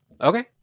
Okay